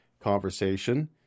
conversation